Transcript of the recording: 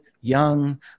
young